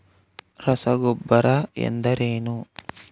ರಸಗೊಬ್ಬರ ಎಂದರೇನು?